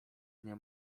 nie